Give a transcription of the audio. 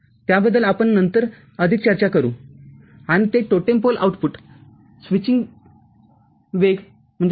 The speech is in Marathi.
त्याबद्दल आपण नंतर अधिक चर्चा करू आणि हे टोटेम पोल आउटपुट स्विचिंग वेग सुधारेल